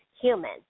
human